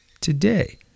today